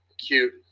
Cute